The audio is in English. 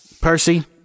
Percy